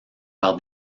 par